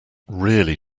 really